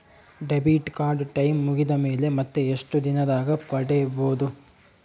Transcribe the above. Debit card time ಮುಗಿದ ಮೇಲೆ ಮತ್ತೆ ಎಷ್ಟು ದಿನದಾಗ ಪಡೇಬೋದು?